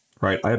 right